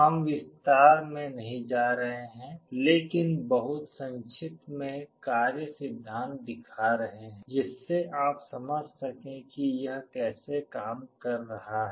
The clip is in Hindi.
हम विस्तार में नहीं जा रहे हैं लेकिन बहुत संक्षिप्त में कार्य सिद्धांत दिखा रहे हैं जिससे आप समझ सकें कि यह कैसे काम कर रहा है